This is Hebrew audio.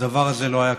הדבר הזה לא היה קורה.